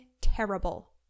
terrible